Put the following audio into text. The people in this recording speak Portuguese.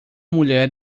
mulher